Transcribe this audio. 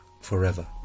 forever